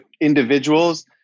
individuals